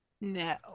No